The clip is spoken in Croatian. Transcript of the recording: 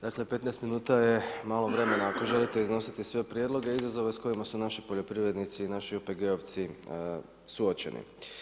Dakle, 15 minuta je malo vremena ako želite iznositi sve prijedloge i izazove s kojima su naši poljoprivrednici i OPG-ovci suočeni.